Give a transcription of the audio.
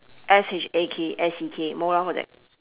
S H A K k C K mou lor